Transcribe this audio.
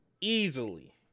Easily